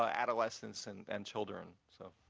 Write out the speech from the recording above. ah adolescents and and children. so